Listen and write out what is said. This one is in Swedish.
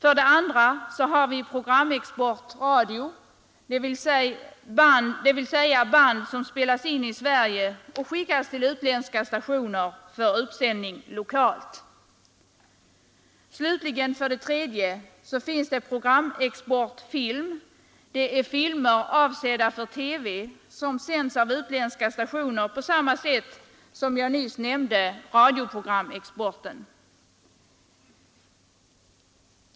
För det andra har vi programexport för radio, dvs. band som spelas in i Sverige och skickas till utländska stationer för utsändning lokalt. Slutligen för det tredje finns det programexport av film. Det är filmer avsedda för TV, som sänds av utländska stationer på samma sätt som radioprogramexporten.